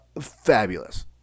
fabulous